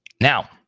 now